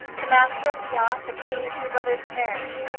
the master of the yacht had seen the two brothers perish.